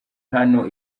hano